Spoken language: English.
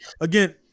again